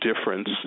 difference